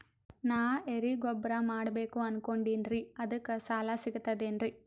ನಾ ಎರಿಗೊಬ್ಬರ ಮಾಡಬೇಕು ಅನಕೊಂಡಿನ್ರಿ ಅದಕ ಸಾಲಾ ಸಿಗ್ತದೇನ್ರಿ?